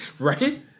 Right